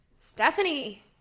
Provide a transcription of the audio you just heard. Stephanie